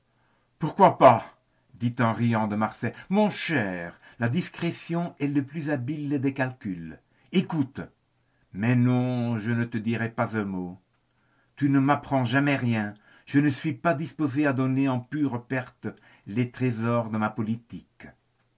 pourquoi pas dit en riant de marsay mon cher la discrétion est le plus habile des calculs écoute mais non je ne te dirai pas un mot tu ne m'apprends jamais rien je ne suis pas disposé à donner en pure perte les trésors de ma politique